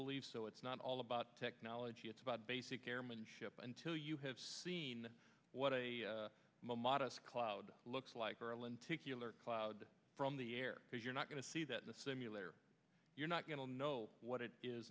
believe so it's not all about technology it's about basic airmanship until you have seen what a modest cloud looks like marilyn to keillor cloud from the air because you're not going to see that the simulator you're not going to know what it is